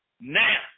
Now